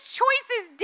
choices